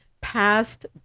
past